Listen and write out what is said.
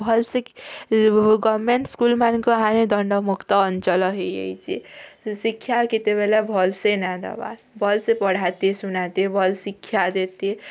ଭଲ୍ସେ ଗର୍ମେଣ୍ଟ ସ୍କୁଲ୍ମାନଙ୍କ ହାରରେ ଦଣ୍ଡ ମୁକ୍ତ ଅଞ୍ଚଲ ହେଇଯାଇଚେ ଶିକ୍ଷା କେତେବେଳେ ଭଲ୍ସେ ନ ଦବାର୍ ଭଲ୍ସେ ପଢ଼ାତେ ଶୁଣାତେ ଭଲ୍ ଶିକ୍ଷା ଦେତେ